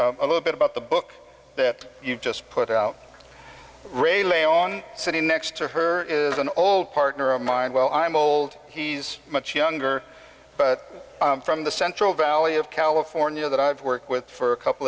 and a little bit about the book that you just put out ray lay on sitting next to her is an old partner of mine well i'm old he's much younger but from the central valley of california that i've worked with for a couple